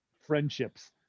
friendships